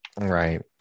Right